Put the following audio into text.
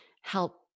help